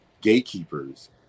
gatekeepers